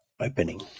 opening